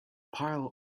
pile